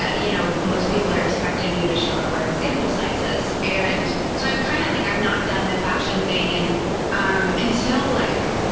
ah you know, most people are expected you to show up wearing example sizes. and so i kind of like i've not done the fashion thing. and um until, like,